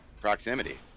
proximity